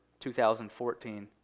2014